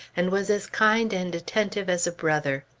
and was as kind and attentive as a brother.